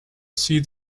see